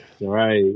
Right